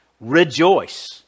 Rejoice